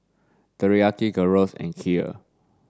Teriyaki Gyros and Kheer